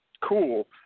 Cool